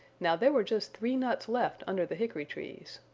now there were just three nuts left under the hickory trees.